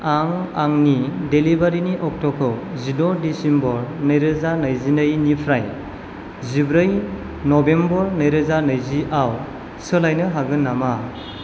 आं आंनि डेलिभारिनि अक्ट'खौ जिद' डिसेम्बर नैरोजा नैजिनैनिफ्राय जिब्रै नभेम्बर नैरोजा नैजियाव सोलायनो हागोन नामा